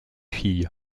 filles